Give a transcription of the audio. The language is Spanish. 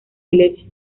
iglesia